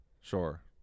Sure